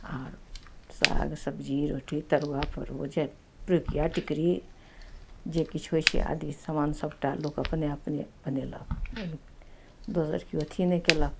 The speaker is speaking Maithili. आर साग सब्जी रोटी तरुआ आओर होइ छै पिरुकिआ टिकरी जे किछु होइ छै आदि समान सबटा लोक अपने अपने बनेलक दोसर केओ अथी नहि कएलक